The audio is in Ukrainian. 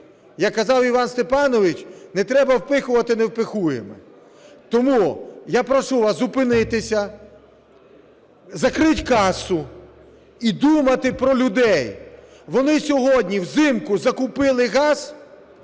Як казав Іван Степанович, "не треба впихувати невпихуєме". Тому я прошу вас зупинитися, закрити касу і думати про людей. Вони сьогодні, взимку закупили газ